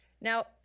Now